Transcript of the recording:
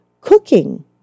cooking